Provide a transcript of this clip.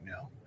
now